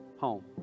home